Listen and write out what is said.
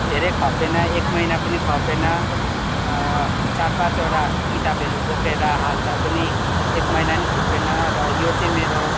धेरै खपेन एक महिना पनि खपेन चार पाँचवटा किताबहरू बोकेर हाल्दा पनि एक महिना पनि खपेन र यो चाहिँ मेरो